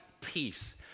peace